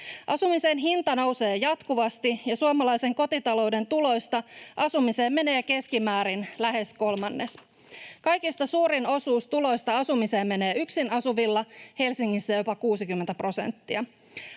Asumisen hinta nousee jatkuvasti, ja suomalaisen kotitalouden tuloista asumiseen menee keskimäärin lähes kolmannes. Kaikista suurin osuus tuloista asumiseen menee yksin asuvilla, Helsingissä jopa 60 prosenttia.